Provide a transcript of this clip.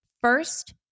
First